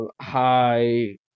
high